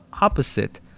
opposite